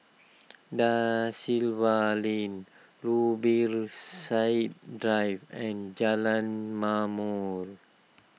Da Silva Lane Zubir Said Drive and Jalan Ma'mor